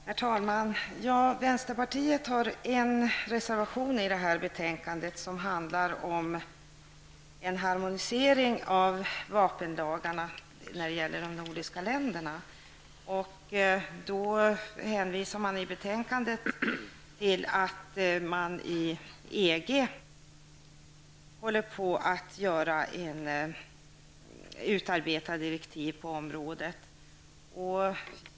Herr talman! Vänsterpartiet har en reservation till det här betänkandet. Den handlar om en harmonisering av vapenlagarna i de nordiska länderna. I betänkandet hänvisas till att man inom EG nu håller på att utarbeta direktiv på området.